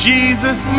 Jesus